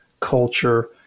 culture